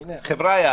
חבריא,